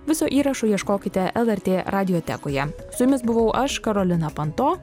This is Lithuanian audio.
viso įrašo ieškokite lrt radiotekoje su jumis buvau aš karolina panto